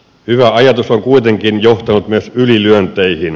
hyvä ajatus on kuitenkin johtanut myös ylilyönteihin